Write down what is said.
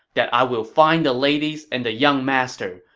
that i will find the ladies and the young master,